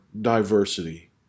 diversity